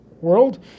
world